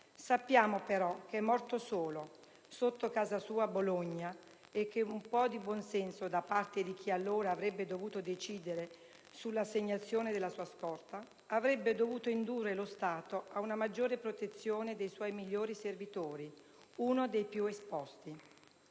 Sappiamo però che è morto solo, sotto casa sua a Bologna, e che un po' di buon senso da parte di chi allora avrebbe dovuto decidere sull'assegnazione della sua scorta avrebbe dovuto indurre lo Stato ad una maggiore protezione dei suoi migliori servitori, uno dei più esposti.